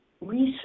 research